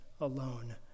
alone